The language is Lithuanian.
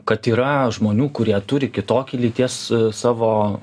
kad yra žmonių kurie turi kitokį lyties savo